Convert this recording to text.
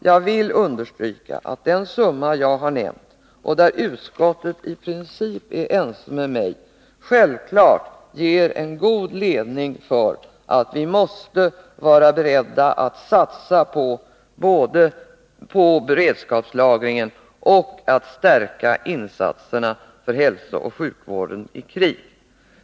Jag vill understryka att den summa jag har nämnt, och som utskottet i princip är ense med mig om, självfallet ger en god ledning för oss när det gäller både att satsa på beredskapslagring och att stärka insatserna för hälsooch sjukvården i krig.